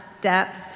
depth